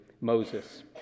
Moses